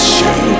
show